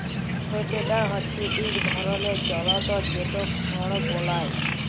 হে টেডার হচ্যে ইক ধরলের জলতর যেট খড় বলায়